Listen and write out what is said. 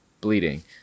bleeding